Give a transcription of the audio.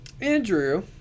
Andrew